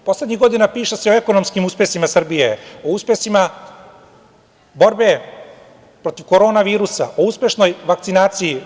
Poslednjih godina piše se o ekonomskim uspesima Srbije, o uspesima borbe protiv koronavirusa, o uspešnoj vakcinaciji.